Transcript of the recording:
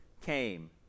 came